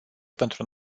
pentru